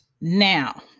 Now